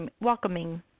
welcoming